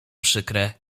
przykre